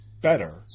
better